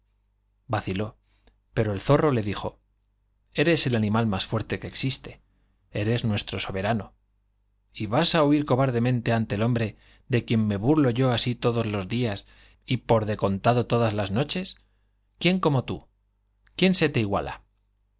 vaciló pero el le zorro dijo eres el animal más fuerte que existe eres nuestro soberano y vas á huir cobardemente ante el hombre ele quien me burlo yo así todos los días y por de contado todas las noches quién como tú quién se te iguala